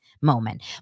moment